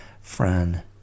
Fran